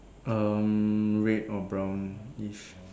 um red or brownish